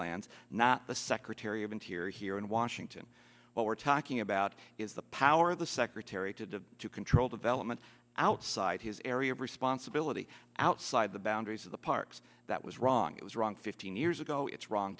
lands not the secretary of interior here in washington what we're talking about is the power of the secretary to to control development outside his area of responsibility outside the boundaries of the parks that was wrong it was wrong fifteen years ago it's wrong